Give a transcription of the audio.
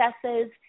successes